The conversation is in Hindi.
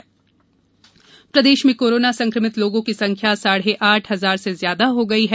कोरोना प्रदेश प्रदेश में कोरोना संक्रमित लोगों की संख्या साढ़े आठ हजार से ज्यादा हो गई है